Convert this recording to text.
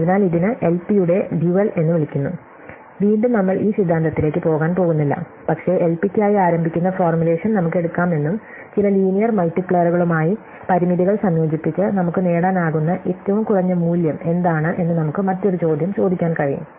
അതിനാൽ ഇതിനെ എൽപി യുടെ ഡ്യുവൽ എന്ന് വിളിക്കുന്നു വീണ്ടും നമ്മൾ ഈ സിദ്ധാന്തത്തിലേക്ക് പോകാൻ പോകുന്നില്ല പക്ഷേ എൽപിക്കായി ആരംഭിക്കുന്ന ഫോർമുലേഷൻ നമുക്ക് എടുക്കാമെന്നും ചില ലീനിയർ മൾട്ടിപ്ലയറുകളുമായി പരിമിതികൾ സംയോജിപ്പിച്ച് നമുക്ക് നേടാനാകുന്ന ഏറ്റവും കുറഞ്ഞ മൂല്യം എന്താണ് എന്ന് നമുക്ക് മറ്റൊരു ചോദ്യം ചോദിക്കാൻ കഴിയും